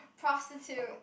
prostitutes